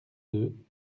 deux